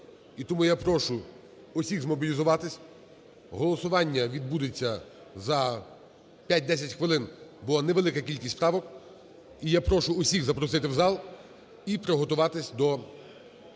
тому я прошу всіхзмобілізуватись. Голосування відбудуться за 5-10 хвилин, бо невелика кількість правок. І я прошу всіх запросити в зал і приготуватись до